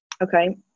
Okay